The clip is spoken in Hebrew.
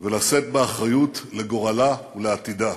ולשאת באחריות לגורלה ולעתידה.